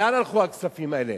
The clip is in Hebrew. לאן הלכו הכספים האלה?